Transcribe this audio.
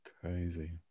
Crazy